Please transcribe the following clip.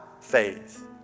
faith